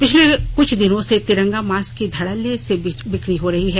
पिछले कुछ दिनों से तिरंगा मास्क भी धडल्ले से बेचा जा रहा है